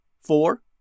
four